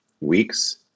weeks